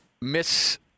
miss